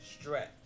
stretch